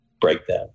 breakdown